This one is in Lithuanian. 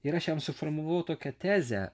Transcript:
ir aš jam suformulavau tokią tezę